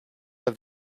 have